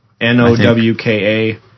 N-O-W-K-A